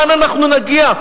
לאן אנחנו נגיע?